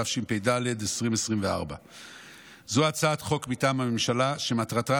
התשפ"ד 2024. זו הצעת חוק מטעם הממשלה שמטרתה